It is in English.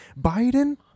Biden